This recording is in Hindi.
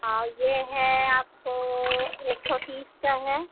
और यह है आपको एक सौ तीस का है